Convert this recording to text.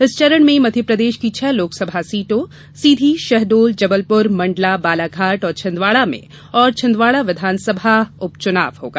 इस चरण में मध्य प्रदेश की छह लोकसभा सीटों सीधी शहडोल जबलपुर मंडला बालाघाट और छिंदवाड़ा में और छिंदवाड़ा विधानसभा उपचुनाव होगा